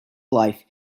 life